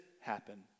happen